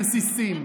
לרסיסים.